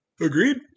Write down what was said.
Agreed